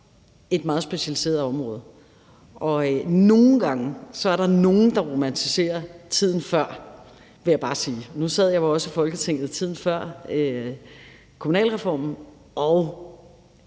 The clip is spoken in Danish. et meget specialiseret område, og nogle gange er der nogen, der romantiserer tiden før, vil jeg bare sige. Nu sad jeg jo også i Folketinget i tiden før kommunalreformen, og